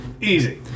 easy